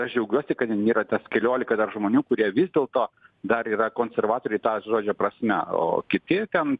aš džiaugiuosi kad yra tas keliolika dar žmonių kurie vis dėlto dar yra konservatoriai ta žodžio prasme o kiti ten